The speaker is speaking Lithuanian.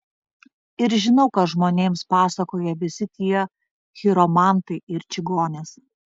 ir žinau ką žmonėms pasakoja visi tie chiromantai ir čigonės